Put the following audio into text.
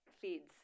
feeds